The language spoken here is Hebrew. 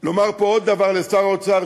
לומר פה עוד דבר לשר האוצר,